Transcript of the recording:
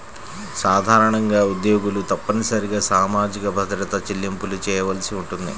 సాధారణంగా ఉద్యోగులు తప్పనిసరిగా సామాజిక భద్రత చెల్లింపులు చేయవలసి ఉంటుంది